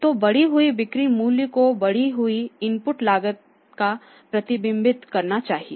तो बढ़ी हुई बिक्री मूल्य को बढ़ी हुई इनपुट लागत का प्रतिबिंबित करना चाहिए